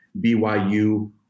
BYU